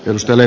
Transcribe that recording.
toiselle